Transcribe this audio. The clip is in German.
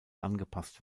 angepasst